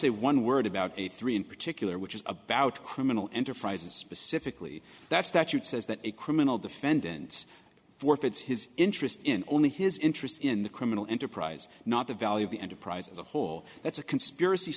say one word about a three in particular which is about criminal enterprises specifically that statute says that a criminal defendant forfeits his interest in only his interest in the criminal enterprise not the value of the enterprise as a whole that's a conspiracy